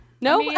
no